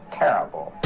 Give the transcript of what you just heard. terrible